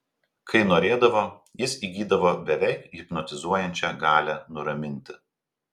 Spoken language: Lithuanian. kai norėdavo jis įgydavo beveik hipnotizuojančią galią nuraminti